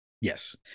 Yes